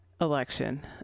election